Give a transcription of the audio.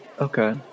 okay